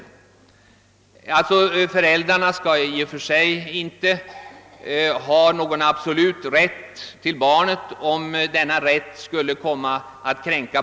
Föräldrarna skall inte ha någon absolut rätt till barnet, om denna rätt kränker barnets intressen.